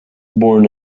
born